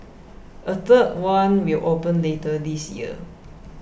a third one will open later this year